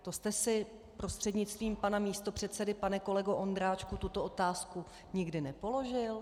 To jste si, prostřednictvím pana místopředsedy pane kolego Ondráčku, tuto otázku nikdy nepoložil?